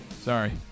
Sorry